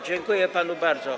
Dziękuję panu bardzo.